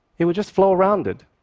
it will just flow around it.